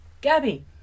Gabby